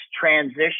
transition